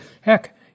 Heck